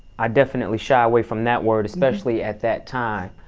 i definitely shy away from that word, especially at that time.